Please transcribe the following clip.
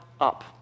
up